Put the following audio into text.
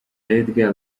edgar